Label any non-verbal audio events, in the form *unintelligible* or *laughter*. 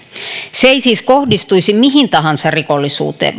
se ei siis kohdistuisi mihin tahansa rikollisuuteen *unintelligible*